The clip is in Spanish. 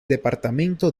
departamento